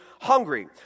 hungry